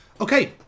Okay